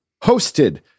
hosted